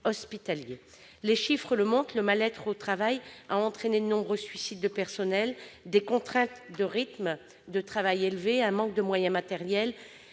hospitaliers. Les chiffres le montrent, le mal-être au travail a entraîné de nombreux suicides de personnels. Des rythmes de travail élevés, un manque de moyens matériels,